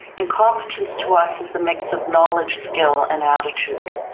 and competence to us is a mix of knowledge, skill, and attitude.